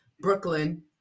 Brooklyn